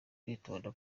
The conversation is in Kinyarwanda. kwitonda